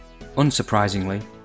unsurprisingly